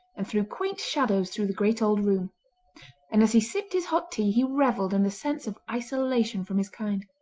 and threw quaint shadows through the great old room and as he sipped his hot tea he revelled in the sense of isolation from his kind.